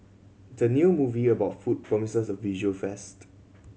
the new movie about food promises a visual feast